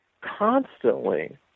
constantly